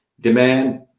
demand